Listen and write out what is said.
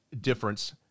difference